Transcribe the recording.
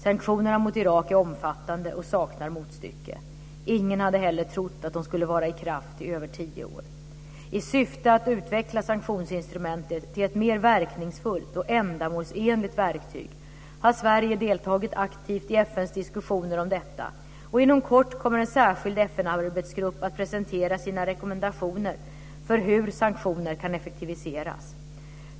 Sanktionerna mot Irak är omfattande och saknar motstycke. Ingen hade heller trott att de skulle vara i kraft i över tio år. I syfte att utveckla sanktionsinstrumentet till ett mer verkningsfullt och ändamålsenligt verktyg har Sverige deltagit aktivt i FN:s diskussioner om detta, och inom kort kommer en särskild FN-arbetsgrupp att presentera sina rekommendationer för hur sanktioner kan effektiviseras.